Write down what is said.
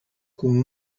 com